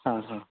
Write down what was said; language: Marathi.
हां हां हां